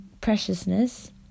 preciousness